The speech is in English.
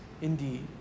indeed